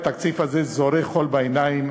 התקציב הזה זורה חול בעיניים,